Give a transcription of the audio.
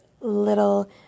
little